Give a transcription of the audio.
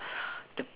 the